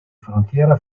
frontiera